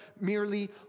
merely